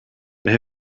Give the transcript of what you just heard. they